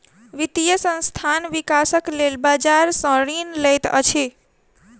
वित्तीय संस्थान, विकासक लेल बजार सॅ ऋण लैत अछि